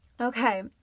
Okay